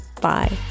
bye